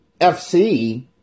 FC